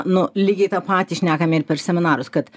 nu lygiai tą patį šnekame ir per seminarus kad